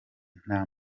nta